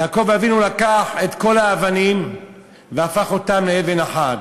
יעקב אבינו לקח את כל האבנים והפך אותן לאבן אחת,